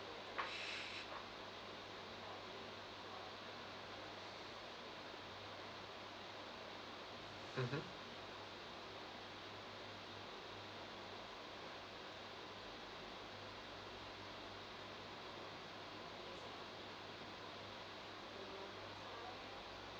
mmhmm